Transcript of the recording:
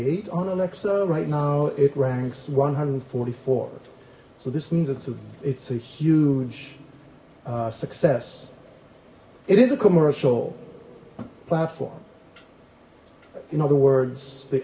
alexa right now it ranks one hundred and forty four so this means it's a it's a huge success it is a commercial platform in other words the